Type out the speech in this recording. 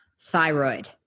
thyroid